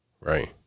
Right